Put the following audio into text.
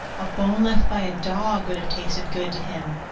a bone left by a dog would have tasted good to him!